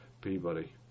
Peabody